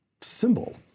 symbol